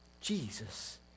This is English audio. Jesus